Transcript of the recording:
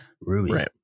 Ruby